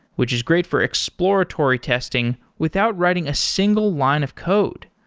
which is great for exploratory testing without writing a single line of code.